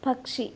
പക്ഷി